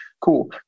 cool